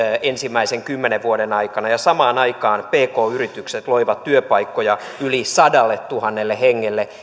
ensimmäisten kymmenen vuoden aikana ja samaan aikaan pk yritykset loivat työpaikkoja yli sadalletuhannelle hengelle